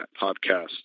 podcast